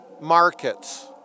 markets